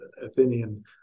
Athenian